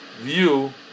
view